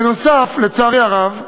בנוסף, לצערי הרב,